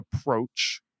approach